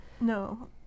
No